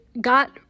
got